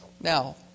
Now